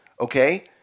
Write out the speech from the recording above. Okay